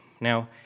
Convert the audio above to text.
Now